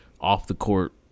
off-the-court